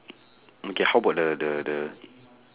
okay how about the the the